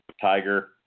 tiger